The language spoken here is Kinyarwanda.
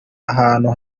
ahantu